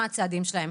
מה הצעדים שלהם.